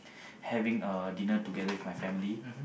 having a dinner together with my family